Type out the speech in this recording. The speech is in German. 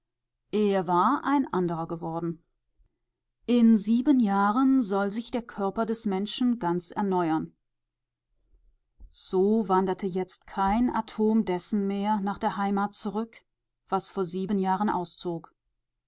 er war ein anderer geworden in sieben jahren soll sich der körper des menschen ganz erneuern so wanderte jetzt kein atom dessen mehr nach der heimat zurück was vor sieben jahren auszog